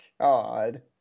God